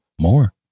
more